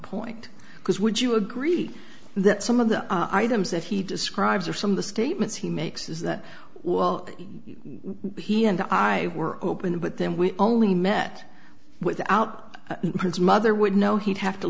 point because would you agree that some of the items that he describes or some of the statements he makes is that well he and i were open but then we only met with out his mother would know he'd have to